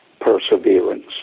perseverance